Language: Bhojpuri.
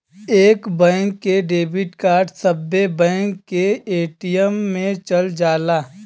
एक बैंक के डेबिट कार्ड सब्बे बैंक के ए.टी.एम मे चल जाला